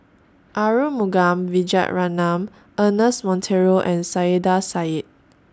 Arumugam Vijiaratnam Ernest Monteiro and Saiedah Said